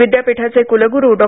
विद्यापीठाचे कुलगुरू डॉ